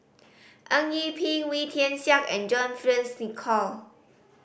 Eng Yee Peng Wee Tian Siak and John Fearns Nicoll